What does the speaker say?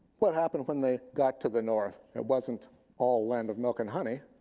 what happened when they got to the north? it wasn't all land of milk and honey.